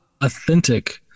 authentic